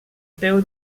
peu